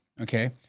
Okay